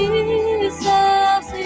Jesus